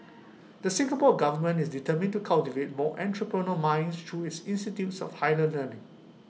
the Singapore Government is determined to cultivate more entrepreneur minds through its institutes of higher learning